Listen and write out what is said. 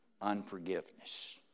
unforgiveness